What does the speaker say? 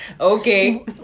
Okay